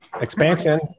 Expansion